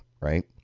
right